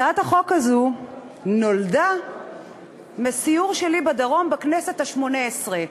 הצעת החוק הזאת נולדה מסיור שלי בדרום בכנסת התשע-עשרה.